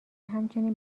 همچنین